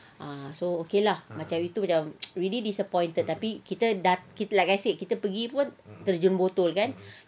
ah so okay lah macam itu macam really disappointed tapi kita dah like I said kita pergi pun terjun botol kan